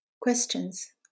Questions